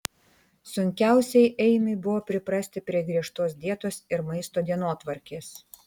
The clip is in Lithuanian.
sunkiausiai eimiui buvo priprasti prie griežtos dietos ir maisto dienotvarkės